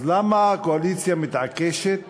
אז למה הקואליציה מתעקשת